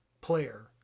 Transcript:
player